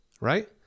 Right